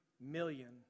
million